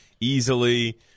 easily